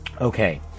Okay